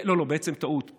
לא, לא, בעצם טעות.